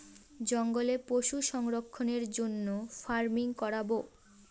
জঙ্গলে পশু সংরক্ষণের জন্য ফার্মিং করাবো